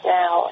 now